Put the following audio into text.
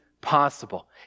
possible